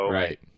right